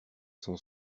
son